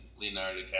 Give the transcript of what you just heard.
Leonardo